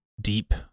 deep